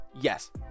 Yes